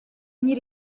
gnir